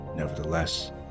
Nevertheless